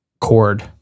cord